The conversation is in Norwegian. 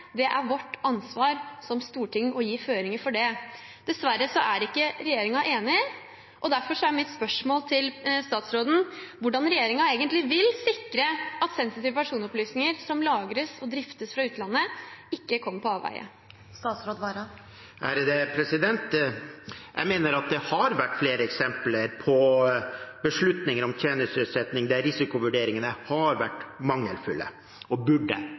Det er vårt ansvar som storting å gi føringer for det. Dessverre er ikke regjeringen enig, og derfor er mitt spørsmål til statsråden: Hvordan vil regjeringen egentlig sikre at sensitive personopplysninger som lagres og driftes fra utlandet, ikke kommer på avveier? Jeg mener det har vært flere eksempler på beslutninger om tjenesteutsetting der risikovurderingene har vært mangelfulle og burde